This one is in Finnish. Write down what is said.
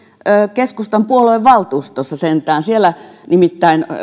keskustan puoluevaltuustossa siellä nimittäin